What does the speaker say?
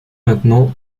maintenant